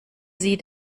sie